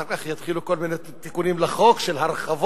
אחר כך יתחילו כל מיני תיקונים לחוק של הרחבות